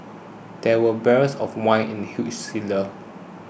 there were barrels of wine in the huge cellar